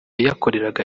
yakoreraga